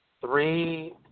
three